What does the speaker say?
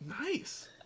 Nice